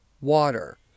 water